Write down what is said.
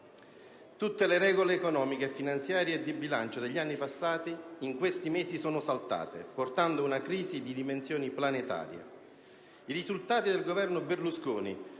Tutte le regole economiche, finanziarie e di bilancio degli anni passati in questi mesi sono saltate, portando ad una crisi di dimensioni planetarie. I risultati del Governo Berlusconi